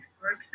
groups